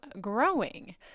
growing